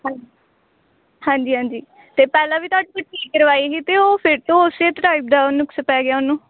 ਹਾਂਜੀ ਹਾਂਜੀ ਹਾਂਜੀ ਅਤੇ ਪਹਿਲਾਂ ਵੀ ਤੁਹਾਡੇ ਤੋਂ ਠੀਕ ਕਰਵਾਈ ਸੀ ਅਤੇ ਉਹ ਫੇਰ ਤੋਂ ਉਸੇ ਟਾਈਪ ਦਾ ਨੁਕਸ ਪੈ ਗਿਆ ਉਹਨੂੰ